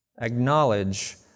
Acknowledge